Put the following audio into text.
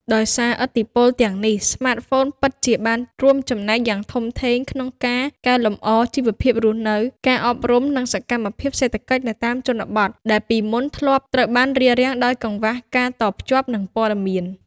ដោយសារឥទ្ធិពលទាំងនេះ ស្មាតហ្វូនពិតជាបានរួមចំណែកយ៉ាងធំធេងក្នុងការកែលម្អជីវភាពរស់នៅ ការអប់រំ និងសកម្មភាពសេដ្ឋកិច្ចនៅតាមជនបទ ដែលពីមុនធ្លាប់ត្រូវបានរារាំងដោយកង្វះការតភ្ជាប់ និងព័ត៌មាន។